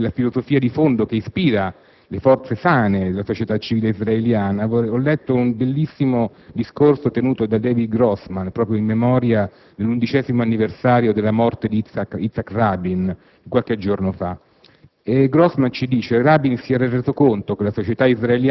Vorrei ricordare, per cercare di capire la filosofia di fondo che oggi ispira le forze sane della società civile israeliana, quanto ho letto in un bellissimo discorso tenuto da David Grossman in memoria dell'undicesimo anniversario della morte di Itzhak Rabin, qualche giorno fa.